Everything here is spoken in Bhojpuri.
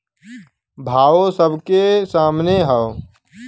भावो सबके सामने हौ